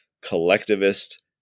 collectivist